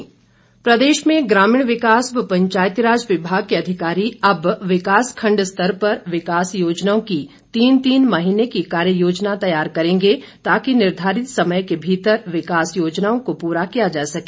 वीरेन्द्र कंवर प्रदेश में ग्रामीण विकास व पंचायतीराज विभाग के अधिकारी अब विकास खंड स्तर पर विकास योजनाओं की तीन तीन महीने की कार्य योजना तैयार करेंगे ताकि निर्धारित समय के भीतर विकास योजनाओं को पूरा किया जा सके